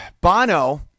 Bono